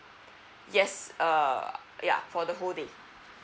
yes uh yeah for the whole day